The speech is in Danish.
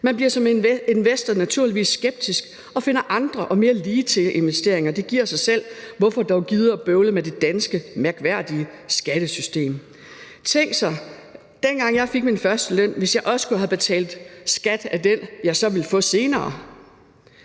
Man bliver som investor naturligvis skeptisk og finder andre og mere ligetil investeringer. Det giver sig selv. Hvorfor dog bøvle med det danske mærkværdige skattesystem? Tænk sig, hvis jeg, dengang jeg fik min første løn, også skulle have betalt skat af den løn, jeg ville få senere.